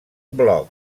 bloc